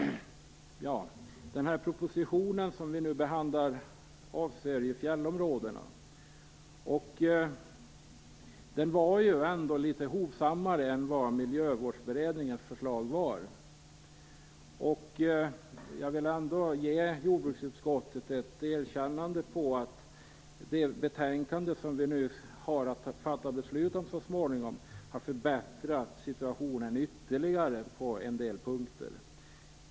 Den proposition som vi nu behandlar avser fjällområdena. Den var ändå litet hovsammare än Miljövårdsberedningens förslag. Jag vill ge jordbruksutskottet ett erkännande för att det betänkande som vi så småningom har att fatta beslut om ytterligare har förbättrat situationen på en del punkter.